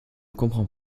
comprends